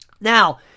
Now